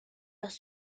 los